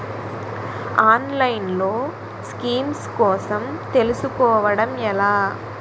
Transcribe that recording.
ఆన్లైన్లో స్కీమ్స్ కోసం తెలుసుకోవడం ఎలా?